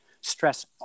stress